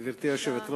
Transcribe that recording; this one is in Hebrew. בבקשה.